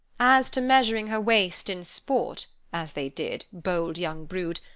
as to measuring her waist in sport, as they did, bold young brood,